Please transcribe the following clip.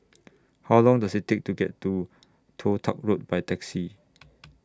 How Long Does IT Take to get to Toh Tuck Road By Taxi